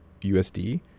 USD